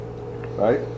right